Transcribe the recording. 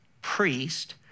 priest